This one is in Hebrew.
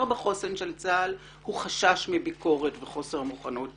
בחוסנו של הצבא הוא חשש מביקורת וחוסר מוכנות